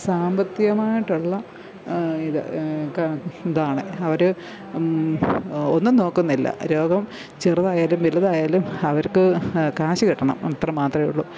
സാമ്പത്തികമായിട്ടുള്ള ഇത് ഇതാണ് അവർ ഒന്നും നോക്കുന്നില്ല രോഗം ചെറുതായാലും വലുതായാലും അവര്ക്ക് കാശ് കിട്ടണം അത്ര മാത്രമേയുള്ളൂ